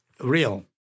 real